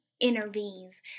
intervenes